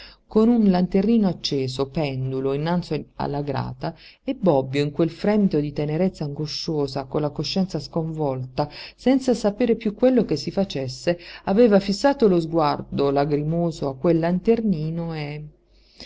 con un lanternino acceso pendulo innanzi alla grata e bobbio in quel fremito di tenerezza angosciosa con la coscienza sconvolta senza sapere piú quello che si facesse aveva fissato lo sguardo lagrimoso a quel lanternino e